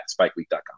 spikeweek.com